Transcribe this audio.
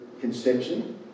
conception